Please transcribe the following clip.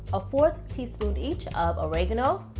ah four teaspoon each of oregano,